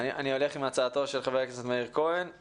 אני הולך עם הצעתו של חבר הכנסת מאיר כהן.